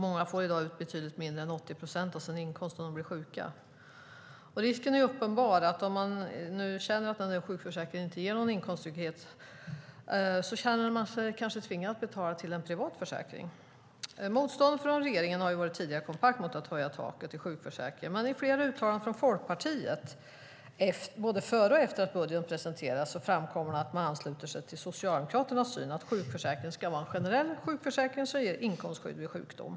Många får i dag ut betydligt mindre än 80 procent av sin inkomst när de blir sjuka. Risken är uppenbar att de som tycker att sjukförsäkringen inte ger någon inkomsttrygghet kanske känner sig tvingade att betala till en privat försäkring. Motståndet från regeringen har tidigare varit kompakt mot att höja taket i sjukförsäkringen. Men i flera uttalanden från Folkpartiet, både före och efter att budgeten presenterades, framkommer att man ansluter sig till Socialdemokraternas syn att sjukförsäkringen ska vara en generell sjukförsäkring som ger inkomstskydd vid sjukdom.